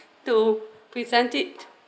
to present it